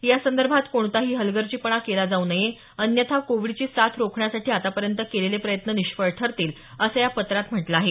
यासंदर्भात कोणताही हलगर्जीपणा केला जाऊ नये अन्यथा कोविडची साथ रोखण्यासाठी आतापर्यंत केलेले प्रयत्न निष्फळ ठरतील असं या पत्रात म्हटलं आहे